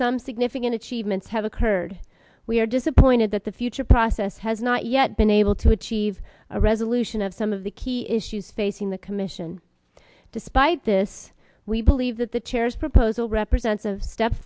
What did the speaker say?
some significant achievements have occurred we are disappointed that the future process has not yet been able to achieve a resolution of some of the key issues facing the commission despite this we believe that the chairs proposal represent